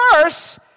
first